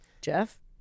Jeff